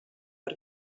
per